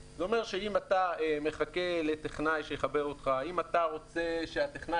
זה אומר אם אתה מחכה לטכנאי שיחבר אותך; אם אתה רוצה שהטכנאי,